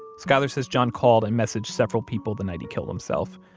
skyler says john called and messaged several people the night he killed himself,